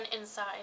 inside